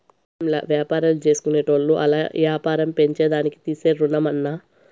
ఏంలా, వ్యాపారాల్జేసుకునేటోళ్లు ఆల్ల యాపారం పెంచేదానికి తీసే రుణమన్నా